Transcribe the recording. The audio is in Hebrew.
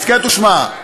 הסכת ושמע: